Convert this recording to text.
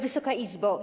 Wysoka Izbo!